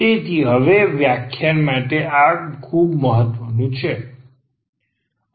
તેથી હવે આ વ્યાખ્યાન માટે આ ખૂબ મહત્વનું છે